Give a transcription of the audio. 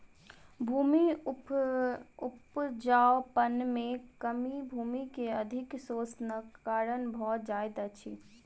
भूमि उपजाऊपन में कमी भूमि के अधिक शोषणक कारण भ जाइत अछि